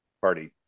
Party